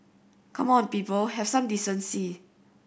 come on people have some decency